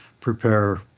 prepare